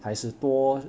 还是多